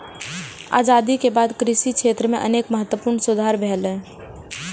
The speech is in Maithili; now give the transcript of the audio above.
आजादी के बाद कृषि क्षेत्र मे अनेक महत्वपूर्ण सुधार भेलैए